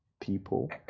people